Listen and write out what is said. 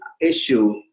issue